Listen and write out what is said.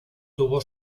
tuvo